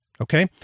Okay